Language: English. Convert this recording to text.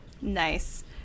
nice